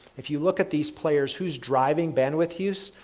if you look at these players who's driving bandwidth use?